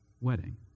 wedding